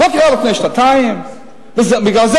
לא קרה לפני שנתיים?